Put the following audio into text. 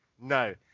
no